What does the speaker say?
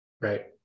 Right